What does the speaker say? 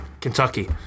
Kentucky